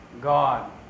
God